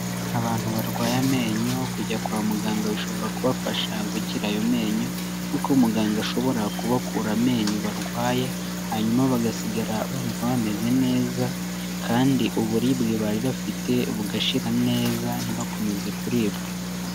Abantu barwaye amenyo kujya kwa muganga bishobora kubafasha gukira ayo menyo, kuko muganga ashobora kubakura amenyo barwaye hanyuma bagasigara bumva bameze neza kandi uburibwe bari bafite bugashira neza ntibakomeze kuribwa.